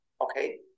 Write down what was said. Okay